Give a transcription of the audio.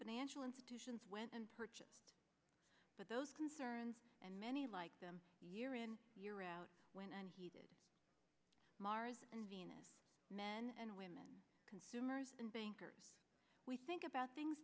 financial institutions went and purchased but those concerns and many like them year in year out went and heated mars and venus men and women consumers and bankers we think about things